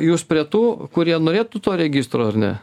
jūs prie tų kurie norėtų to registro ar ne